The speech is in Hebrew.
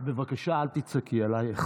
בבקשה אל תצעקי עליי.